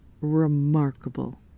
remarkable